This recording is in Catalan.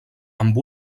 amb